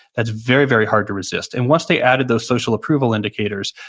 that's very, very, hard to resist and once they added those social approval indicators,